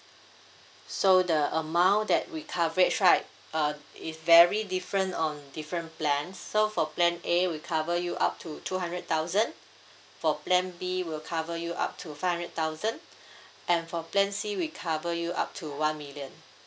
so the amount that we coverage right uh is very different on different plans so for plan A we cover you up to two hundred thousand for plan B will cover you up to five hundred thousand and for plan C we cover you up to one million